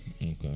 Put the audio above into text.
okay